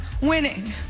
winning